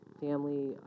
family